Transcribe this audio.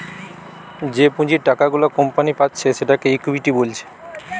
যে পুঁজির টাকা গুলা কোম্পানি পাচ্ছে সেটাকে ইকুইটি বলছে